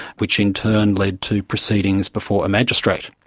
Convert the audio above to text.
which in turn led to proceedings before a magistrate.